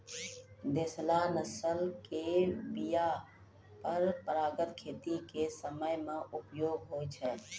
देशला नस्ल के बीया परंपरागत खेती के समय मे उपयोग होय छै